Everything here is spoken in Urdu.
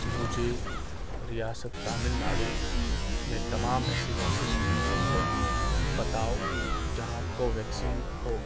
مجھے ریاست تامل ناڈو میں تمام ایسے ویکسینیشن سنٹر بتاؤ جہاں کوویکسین ہو